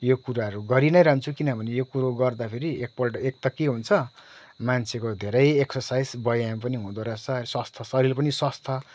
यो कुराहरू गरि नै रहन्छु किनभने यो कुरो गर्दाखेरि एकपल्ट एक त के हुन्छ मान्छेको धेरै एकसर्साइज व्यायाम पनि हुँदो रहेछ स्वास्थय शरीर पनि स्वास्थ्य